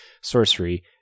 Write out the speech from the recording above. sorcery